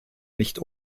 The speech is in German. nicht